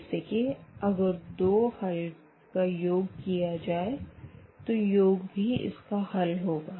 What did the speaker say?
जैसे कि अगर दो हल का योग किया जाए तो योग भी इसका हल होगा